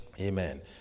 Amen